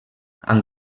amb